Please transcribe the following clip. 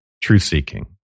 truth-seeking